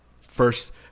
first